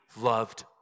loved